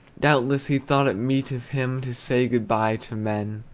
doubtless, he thought it meet of him to say good-by to men.